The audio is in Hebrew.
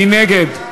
מי נגד?